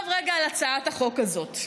עכשיו רגע על הצעת החוק הזאת.